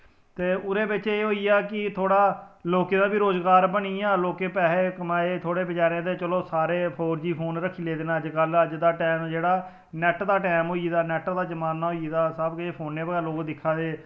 ते ओहदे बिच्च एह् होई गेआ कि थोह्ड़ा लोकें दा बी रोजगार बनी गेआ लोकें पैहे कमाए थोह्ड़े बचारे ते चलो सारे फोर जी फोन रक्खी लेदे न अज्जकल अज्जकल दा टैम जेह्ड़ा ऐ नेट दा टैम होई गेदा नेट दा जमान्ना होई गेदा सब किश फोनै उप्पर गै लोग दिक्खा दे